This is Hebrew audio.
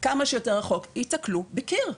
כמה שיותר רחוק נתקלים בקיר,